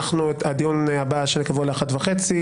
הדיון הבא אשר קבוע ל-13:30,